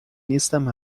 نیستم